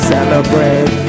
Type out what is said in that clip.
Celebrate